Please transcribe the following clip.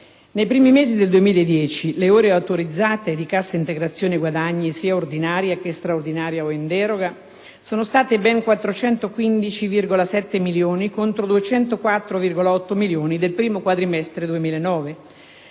nei primi mesi del 2010, le ore autorizzate di Cassa integrazione guadagni, sia ordinaria che straordinaria o in deroga, sono state ben 415,7 milioni contro le 204,8 milioni ore del primo quadrimestre del